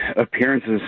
appearances